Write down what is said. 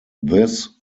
this